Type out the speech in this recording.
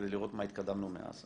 כדי לראות במה התקדמנו מאז.